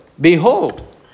Behold